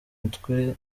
mitwe